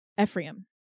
Ephraim